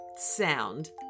Sound